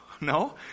no